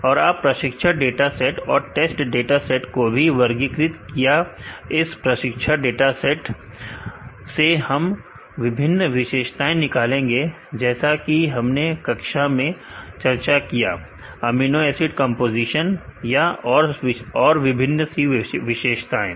और आपने प्रशिक्षण डाटा सेट और टेस्ट डाटा सेट को भी वर्गीकृत किया इस प्रशिक्षण डाटा सेट से हम विभिन्न विशेषताएं निकालेंगे जैसा कि हमने कक्षा में चर्चा किया अमीनो एसिड कंपोजिशन या और विभिन्न विशेषताएं